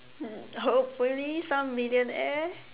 hopefully some millionaire